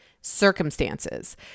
circumstances